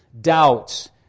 Doubts